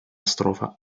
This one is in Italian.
strofa